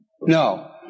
No